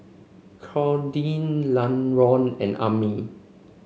Claudine Laron and Amin